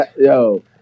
Yo